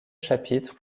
chapitre